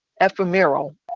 ephemeral